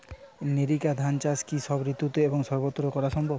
NERICA ধান চাষ কি সব ঋতু এবং সবত্র করা সম্ভব?